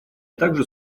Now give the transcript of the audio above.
также